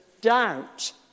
doubt